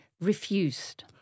Refused